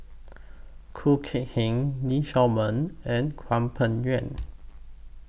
Khoo Kay Hian Lee Shao Meng and Hwang Peng Yuan